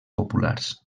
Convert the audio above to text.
populars